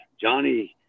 Johnny